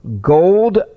gold